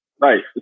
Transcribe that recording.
right